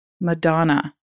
Madonna